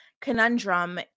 conundrum